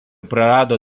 prarado